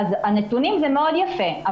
נתונים זה דבר מאוד יפה,